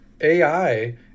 AI